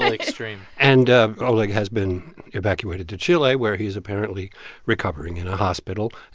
and extreme and oleg has been evacuated to chile, where he's apparently recovering in a hospital.